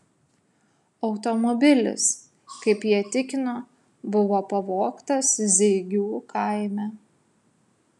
automobilis kaip jie tikino buvo pavogtas zeigių kaime